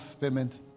payment